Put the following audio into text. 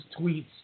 tweets